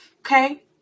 okay